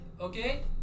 okay